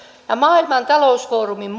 ja selonteon mukaan maailman talousfoorumin